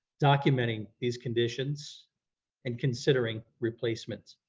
documenting these conditions and considering replacements.